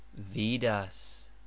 Vidas